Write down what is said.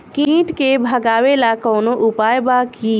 कीट के भगावेला कवनो उपाय बा की?